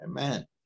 Amen